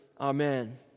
Amen